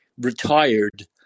retired